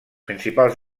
principals